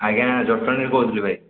ଆଜ୍ଞା ଜଟଣୀରୁ କହୁଥିଲି ଭାଇ